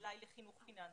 אולי לחינוך פיננסי,